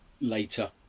later